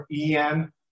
EM